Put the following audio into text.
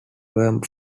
were